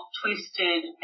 twisted